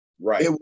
Right